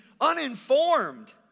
uninformed